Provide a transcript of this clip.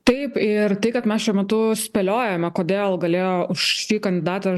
taip ir tai kad mes šiuo metu spėliojame kodėl galėjo už šį kandidatą